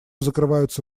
закрываются